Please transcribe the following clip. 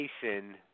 Jason